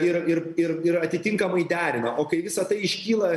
ir ir ir ir atitinkamai derina o kai visa tai iškyla